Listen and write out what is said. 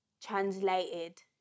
translated